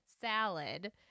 salad